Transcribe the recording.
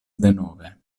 denove